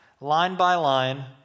line-by-line